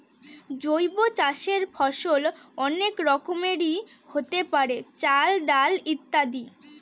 জৈব চাষের ফসল অনেক রকমেরই হতে পারে, চাল, ডাল ইত্যাদি